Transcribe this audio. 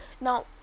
Now